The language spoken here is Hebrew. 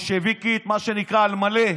בולשביקית, מה שנקרא על מלא,